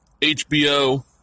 HBO